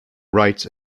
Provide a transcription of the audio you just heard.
writes